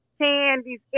candies